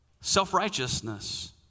self-righteousness